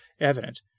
evident